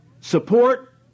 support